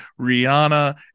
Rihanna